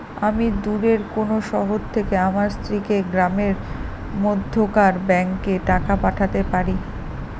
আমি দূরের কোনো শহর থেকে আমার স্ত্রীকে গ্রামের মধ্যেকার ব্যাংকে টাকা পাঠাতে পারি?